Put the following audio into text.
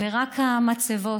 רק המצבות.